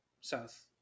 South